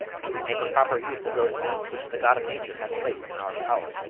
if we make a proper use of those means which the god of nature hath placed in our power.